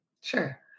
Sure